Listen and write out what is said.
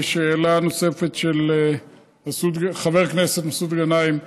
לשאלה הנוספת של חבר הכנסת מסעוד גנאים,